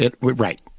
Right